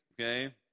okay